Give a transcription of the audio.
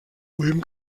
ulm